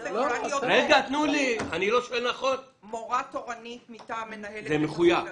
יכולה להיות מורה תורנית מטעם מנהל בית הספר.